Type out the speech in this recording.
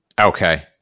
Okay